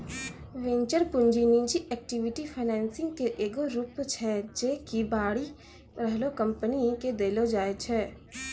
venture पूंजी निजी equity financing के एगो रूप छै जे कि बढ़ि रहलो कंपनी के देलो जाय छै